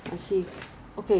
your skin concern lah